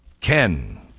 Ken